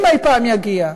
אם אי-פעם יגיע,